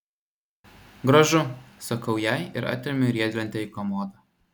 gražu sakau jai ir atremiu riedlentę į komodą